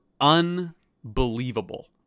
unbelievable